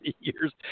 years